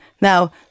Now